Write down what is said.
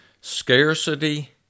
scarcity